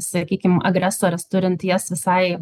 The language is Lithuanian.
sakykim agresorius turint jas visai